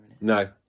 No